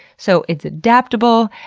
so, it's adaptable,